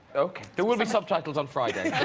okay, there will be subtitles on friday